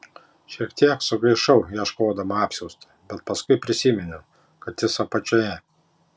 šiek tiek sugaišau ieškodama apsiausto bet paskui prisiminiau kad jis apačioje